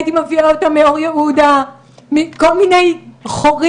הייתי מביאה אותם מאור יהודה, מכל מיני חורים,